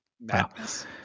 madness